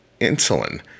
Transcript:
insulin